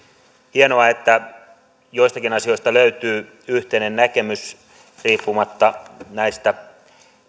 hienoa että joistakin asioista löytyy yhteinen näkemys riippumatta näistä